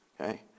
okay